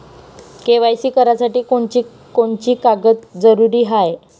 KYC करासाठी कोनची कोनची कागद जरुरी हाय?